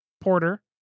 porter